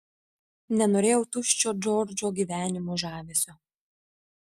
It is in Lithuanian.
nenorėjau tuščio džordžo gyvenimo žavesio